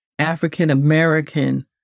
African-American